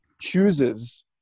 chooses